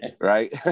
right